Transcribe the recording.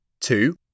Two